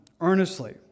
earnestly